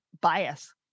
bias